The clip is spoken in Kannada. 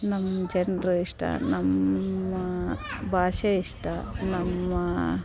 ನಮ್ಮ ಜನರು ಇಷ್ಟ ನಮ್ಮ ಭಾಷೆ ಇಷ್ಟ ನಮ್ಮ